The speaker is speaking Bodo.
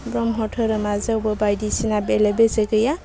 ब्रह्म धोरोमा जेबो बायदिसिना बेले बेजे गैया